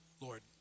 Lord